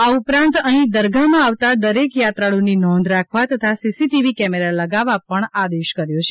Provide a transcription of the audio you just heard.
આ ઉપરાંત અહીં દરગાહમાં આવતા દરેક યાત્રાળુની નોંધ રાખવા તથા સીસીટીવી કેમેરા લગાવવા પણ આદેશ કર્યો છે